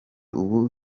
ubu